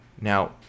Now